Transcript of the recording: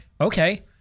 Okay